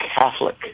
Catholic